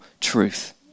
truth